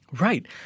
Right